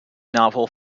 novel